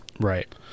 Right